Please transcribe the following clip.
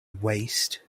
waste